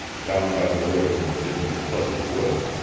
down by the river and into the pleasant woods,